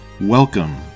Welcome